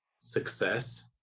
success